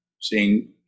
seeing